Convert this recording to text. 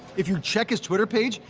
if you check his twitter page,